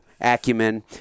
acumen